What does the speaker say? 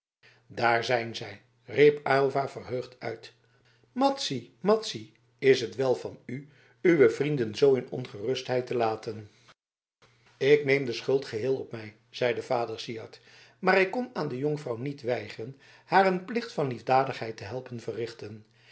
daar zijn zij riep aylva verheugd uit madzy madzy is het wèl van u uwe vrienden zoo in ongerustheid te laten ik neem de schuld geheel op mij zeide vader syard maar ik kon aan de jonkvrouw niet weigeren haar een plicht van liefdadigheid te helpen verrichten